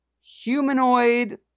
humanoid